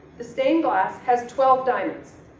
the stained glass, has twelve diamonds.